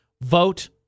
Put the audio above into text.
Vote